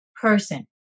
person